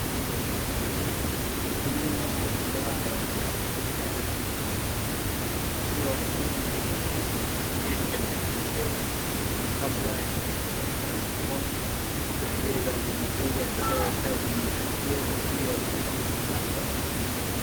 wakulima wa bidhaa ya kibiashara aina ya nyanya, ikiwa wanafanya mavuno na ukusanyaji wa bidhaa hiyo kabla ya kuipeleka sokoni na kuuza kwa wateja wanaohitaji bidhaa hiyo ili wajipatie kipato.